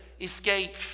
escape